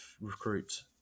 recruits